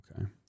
Okay